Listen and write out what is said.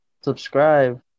Subscribe